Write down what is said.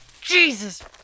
Jesus